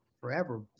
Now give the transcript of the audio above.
forever